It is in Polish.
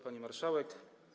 Pani Marszałek!